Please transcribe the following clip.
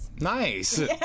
Nice